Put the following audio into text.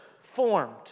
formed